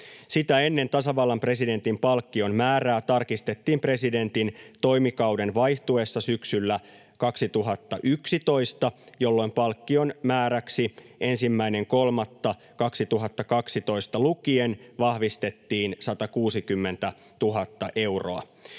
Sitä ennen tasavallan presidentin palkkion määrää tarkistettiin presidentin toimikauden vaihtuessa syksyllä 2011, jolloin palkkion määräksi 1.3.2012 lukien vahvistettiin 160 000 euroa.